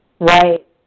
Right